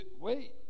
Wait